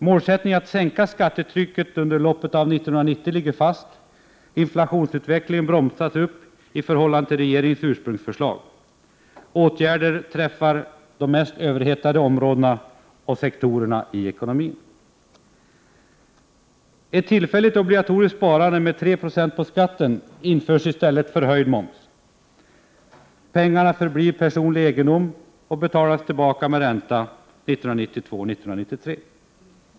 Målsättningen att sänka skattetrycket under loppet av 1990 ligger fast. Inflationsutvecklingen bromsas upp i förhållande till regeringens ursprungsförslag. Åtgärder träffar de mest överhettade områdena och sektorerna i ekonomin. Ett tillfälligt obligatoriskt sparande med 3 90 på skatten införs i stället för höjd moms. Pengarna förblir personlig egendom och betalas tillbaka med ränta 1992 och 1993.